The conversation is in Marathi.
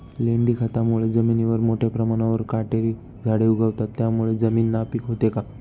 लेंडी खतामुळे जमिनीवर मोठ्या प्रमाणावर काटेरी झाडे उगवतात, त्यामुळे जमीन नापीक होते का?